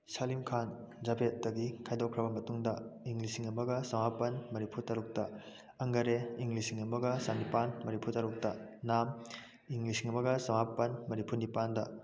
ꯁꯂꯤꯝꯈꯥꯟ ꯖꯕꯦꯠꯇꯗꯤ ꯈꯥꯏꯗꯣꯛꯈ꯭ꯔꯕ ꯃꯇꯨꯡꯗ ꯏꯪ ꯂꯤꯁꯤꯡ ꯑꯃꯒ ꯆꯃꯥꯄꯜ ꯃꯔꯤꯐꯨꯇꯔꯨꯛꯇ ꯑꯪꯒꯔꯦ ꯏꯪ ꯂꯤꯁꯤꯡ ꯑꯃꯒ ꯆꯅꯤꯄꯥꯜ ꯃꯔꯤꯐꯨꯇꯔꯨꯛꯇ ꯅꯥꯝ ꯏꯪ ꯂꯤꯁꯤꯡ ꯑꯃꯒ ꯆꯅꯤꯄꯥꯜ ꯃꯔꯤꯐꯨꯅꯤꯄꯥꯜꯗ